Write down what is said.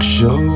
Show